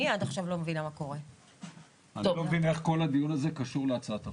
אני לא מבין איך כל הדיון הזה קשור להצעת החוק.